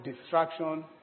distraction